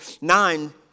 nine